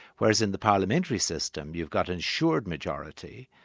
whereas in the parliamentary system, you've got ensured majority,